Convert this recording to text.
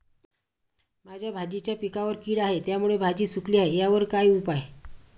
माझ्या भाजीच्या पिकावर कीड आहे त्यामुळे भाजी सुकली आहे यावर काय उपाय?